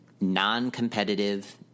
non-competitive